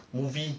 movie